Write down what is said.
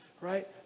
right